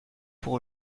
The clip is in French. pour